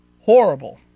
horrible